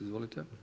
Izvolite.